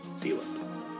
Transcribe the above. deal